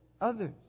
others